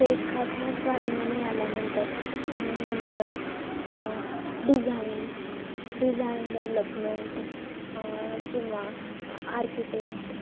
रेखाटनात प्राविण्य मिळाल्यानंतर नंतर डिझाईन डिझाईण डेवलपमेंट किंवा आर्किटेक्ट